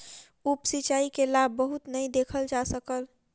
उप सिचाई के लाभ बहुत नै देखल जा सकल